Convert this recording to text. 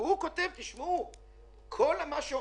הוא מדבר על לחץ וחרדה של הפעוטות שלא